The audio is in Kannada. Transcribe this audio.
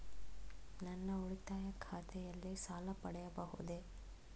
ನನ್ನ ಉಳಿತಾಯ ಖಾತೆಯಲ್ಲಿ ಸಾಲ ಪಡೆಯಬಹುದೇ?